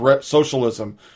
socialism